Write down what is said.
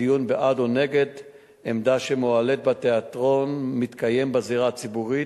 הדיון בעד או נגד עמדה שמועלית בתיאטרון מתקיים בזירה הציבורית,